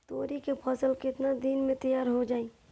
तोरी के फसल केतना दिन में तैयार हो जाई?